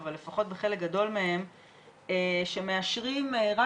אבל לפחות בחלק גדול מהן שמאשרים רק